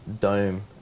dome